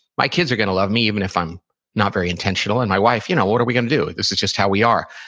my kids are going to love me, even if i'm not very intentional. and my wife, you know what are we going to do? this is just how we are.